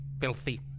filthy